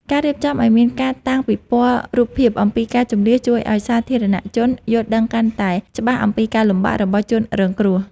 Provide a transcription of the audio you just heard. ការរៀបចំឱ្យមានការតាំងពិព័រណ៍រូបភាពអំពីការជម្លៀសជួយឱ្យសាធារណជនយល់ដឹងកាន់តែច្បាស់អំពីការលំបាករបស់ជនរងគ្រោះ។